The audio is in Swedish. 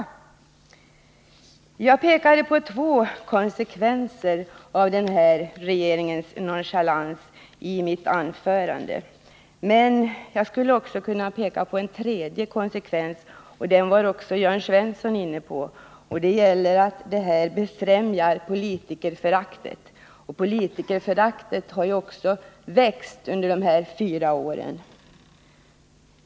Jag pekade i mitt anförande på två konsekvenser av den här regeringens nonchalans, men jag skulle också kunna peka på en tredje konsekvens — Jörn Svensson var inne på den — nämligen att det här befrämjar politikerföraktet. Politikerföraktet har ju vuxit under de senaste fyra åren.